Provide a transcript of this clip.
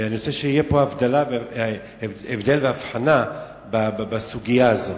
ואני רוצה שיהיו פה הבדל והבחנה בסוגיה הזאת.